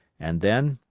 and then,